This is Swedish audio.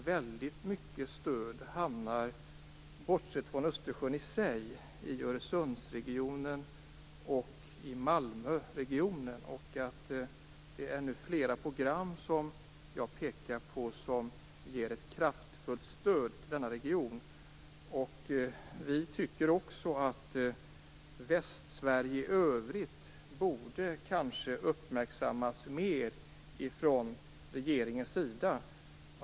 Väldigt mycket stöd hamnar, bortsett från i Jag pekar på flera program som ger ett kraftfullt stöd till denna region. Vi tycker att Västsverige i övrigt borde uppmärksammas mer från regeringens sida.